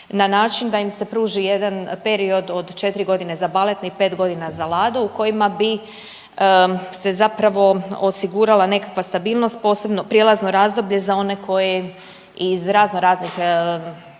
na način da im se pruži jedan period od 4 godine za baletne i 5 godina za Lado u kojima bi se zapravo osigurala nekakva stabilnost, posebno prijelazno razdoblje za one koji iz raznoraznih